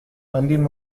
funding